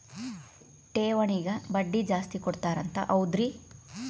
ಠೇವಣಿಗ ಬಡ್ಡಿ ಜಾಸ್ತಿ ಕೊಡ್ತಾರಂತ ಹೌದ್ರಿ?